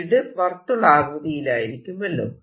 field വർത്തുളാകൃതിയിലായിരിക്കുമല്ലോ